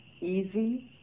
easy